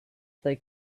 they